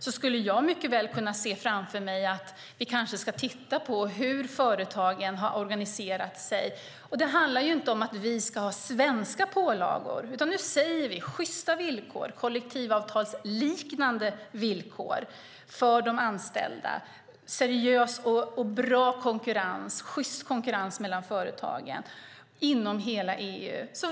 Då kanske vi ska titta på hur företagen har organiserat sig. Det handlar inte om att vi ska ha svenska pålagor, utan vi talar om sjysta kollektivavtalsliknande villkor för de anställda och seriös och sjyst konkurrens mellan företagen inom hela EU.